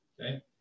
Okay